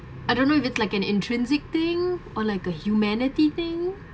I don't know if it's like an intrinsic thing or like a humanity thing